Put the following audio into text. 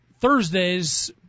Thursdays